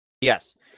yes